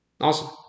Awesome